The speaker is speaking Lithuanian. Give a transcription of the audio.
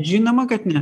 žinoma kad ne